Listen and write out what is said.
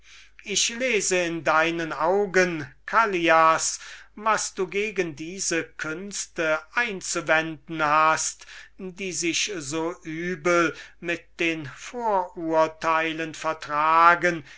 ich lese in deinen augen callias was du gegen diese künste einzuwenden hast die sich so übel mit den vorurteilen vertragen